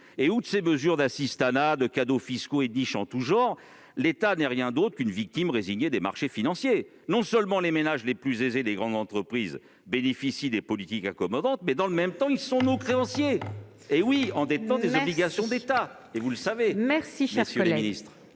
de ces mesures d'assistanat et de ces cadeaux fiscaux ou niches en tous genres, l'État n'est rien d'autre qu'une victime résignée des marchés financiers. Non seulement les ménages les plus aisés et les grandes entreprises bénéficient de politiques accommodantes, mais en plus, ils sont nos créanciers puisqu'ils détiennent des obligations d'État. Et vous le savez ! La parole est